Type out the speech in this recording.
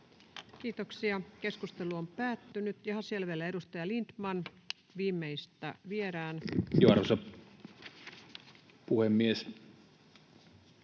Kiitoksia. — Keskustelu on päättynyt. — Jaha, siellä vielä edustaja Lindtman, viimeistä viedään. Arvoisa puhemies!